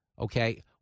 Okay